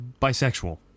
bisexual